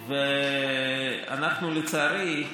אנחנו, לצערי,